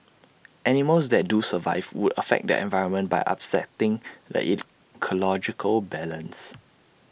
animals that do survive would affect the environment by upsetting the ecological balance